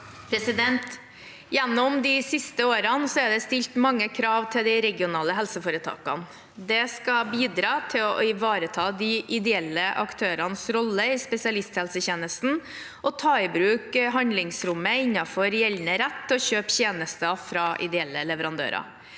Gjennom de siste årene er det stilt mange krav til de regionale helseforetakene. Det skal bidra til å ivareta de ideelle aktørenes rolle i spesialisthelsetjenesten og ta i bruk handlingsrommet innenfor gjeldende rett til å kjøpe tjenester fra ideelle leverandører.